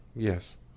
yes